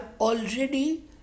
already